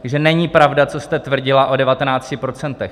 Takže není pravda, co jste tvrdila o 19 procentech.